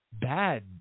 bad